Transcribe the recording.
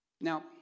Now